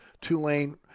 Tulane